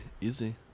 easy